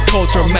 Culture